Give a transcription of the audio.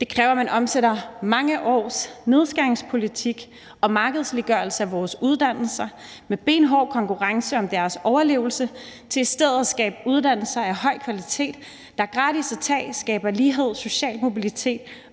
Det kræver, at man omsætter mange års nedskæringspolitik og markedsgørelse af vores uddannelser med benhård konkurrence om deres overlevelse til i stedet at skabe uddannelser af høj kvalitet, der er gratis at tage, skaber lighed, social mobilitet,